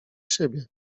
siebie